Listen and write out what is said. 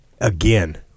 Again